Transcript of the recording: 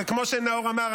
וכמו שנאור אמר,